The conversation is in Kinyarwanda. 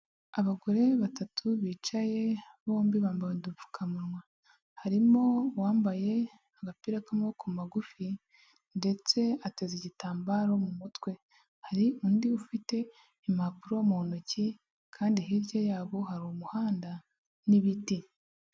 Abagore batatu bicaye bombi bambaye udupfukamunwa, harimo uwambaye agapira k'amaboko magufi ndetse ateze igitambaro mu mutwe. Hari undi ufite impapuro mu ntoki kandi hirya yabo hari umuhanda n'ibiti.